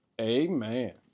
Amen